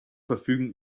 verfügen